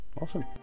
Awesome